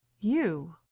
you!